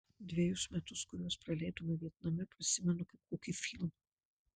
dvejus metus kuriuos praleidome vietname prisimenu kaip kokį filmą